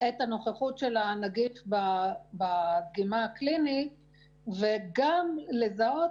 את הנוכחות של הנגיף בדגימה הקלינית וגם לזהות